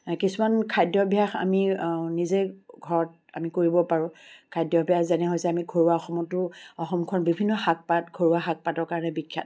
কিছুমান খাদ্যভ্যাস আমি নিজে ঘৰত আমি কৰিব পাৰোঁ খাদ্যভ্যাস যেনে হৈছে আমি ঘৰুৱা অসমতো অসমখন বিভিন্ন শাক পাত ঘৰুৱা শাক পাতৰ কাৰণে বিখ্যাত